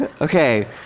Okay